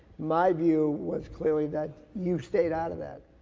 my view was clearly that you stayed out of that.